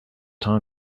time